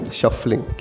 shuffling